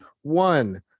One